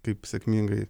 kaip sėkmingai